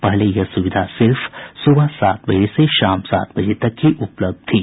पहले यह सुविधा सिर्फ सुबह सात बजे से शाम सात बजे तक ही उपलब्ध थी